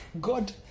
God